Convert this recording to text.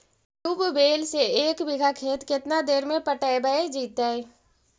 Tubewell से एक बिघा खेत केतना देर में पटैबए जितै?